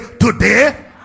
today